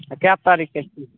अँ कै तारिखके छी